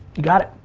you got it.